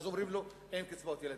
ואז אומרים לו: אין קצבאות ילדים.